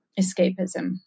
escapism